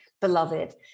beloved